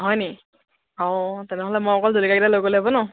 হয়নি অঁ তেনেহ'লে মই অকল জলকীয়া কেইটা লৈ গ'লেই হ'ব ন'